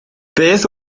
beth